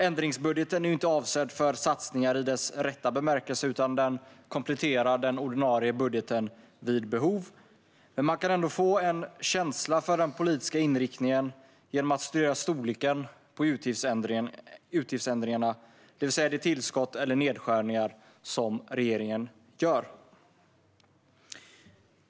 Ändringsbudgeten är inte avsedd för satsningar i dess rätta bemärkelse, utan den kompletterar den ordinarie budgeten vid behov. Men man kan ändå få en känsla för den politiska inriktningen genom att studera storleken på utgiftsändringarna, det vill säga de tillskott eller nedskärningar som regeringen gör.